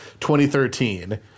2013